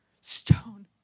stone